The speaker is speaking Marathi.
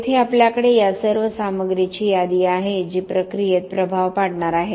येथे आपल्याकडे या सर्व सामग्रीची यादी आहे जी प्रक्रियेत प्रभाव पाडणार आहेत